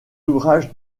ouvrages